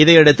இதையடுத்து